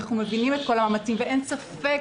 אנחנו מבינים את כל המאמצים ואין ספק,